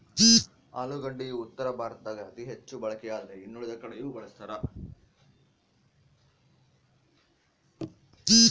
ಆಲೂಗಡ್ಡಿ ಉತ್ತರ ಭಾರತದಾಗ ಅತಿ ಹೆಚ್ಚು ಬಳಕೆಯಾದ್ರೆ ಇನ್ನುಳಿದ ಕಡೆಯೂ ಬಳಸ್ತಾರ